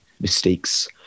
mistakes